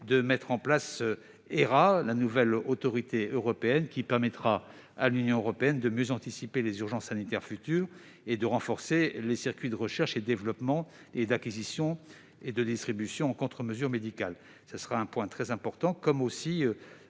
de mettre en place HERA, la nouvelle autorité européenne qui permettra à l'UE de mieux anticiper les urgences sanitaires futures et de renforcer les circuits de recherche et de développement, d'acquisition et de distribution de contre-mesures médicales en cas de crise. Ce sera un point très important de notre